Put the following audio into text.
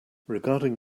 regarding